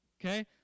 okay